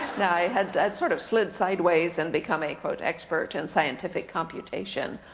i had sort of slid sideways, and become a quote expert in scientific computation,